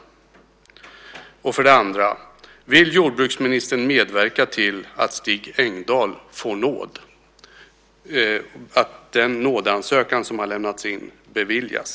För det andra: Vill jordbruksministern medverka till att Stig Engdahl får nåd, alltså att den nådeansökan som har lämnats in beviljas?